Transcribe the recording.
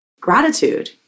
gratitude